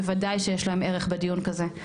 בוודאי שיש להם ערך בדיון כזה,